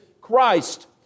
Christ